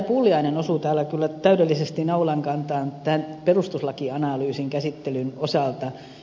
pulliainen osui täällä kyllä täydellisesti naulan kantaan tämän perustuslakianalyysin käsittelyn osalta